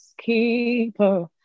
keeper